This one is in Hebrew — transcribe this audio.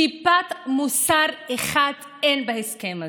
טיפת מוסר אחת אין בהסכם הזה.